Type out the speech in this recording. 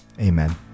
Amen